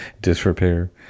disrepair